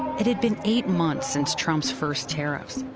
it had been eight months since trump's first tariffs,